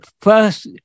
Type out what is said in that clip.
first